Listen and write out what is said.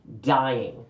dying